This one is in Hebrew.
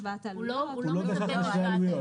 טעמים שבטובת הציבור מצדיקים את ביטול האישור או את התלייתו.